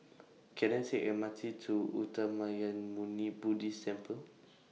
Can I Take The M R T to Uttamayanmuni Buddhist Temple